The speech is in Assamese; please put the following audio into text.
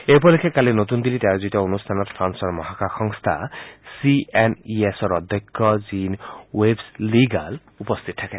এই উপলক্ষে কালি নতুন দিল্লীত আয়োজিত অনুঠানত ফ্ৰান্সৰ মহাকাশ সংস্থা চি এন ই এছ্ৰ অধ্যক্ষ জীন ৱেব্ছ লী গাল উপস্থিত থাকে